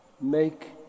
make